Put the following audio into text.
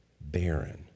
barren